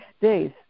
days